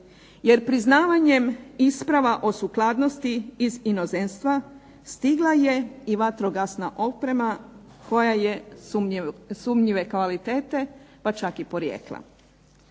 jer priznavanjem isprava o sukladnosti iz inozemstva stigla je i vatrogasna oprema koja je sumnjive kvalitete pa čak i porijekla.